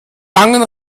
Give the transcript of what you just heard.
langen